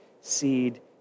seed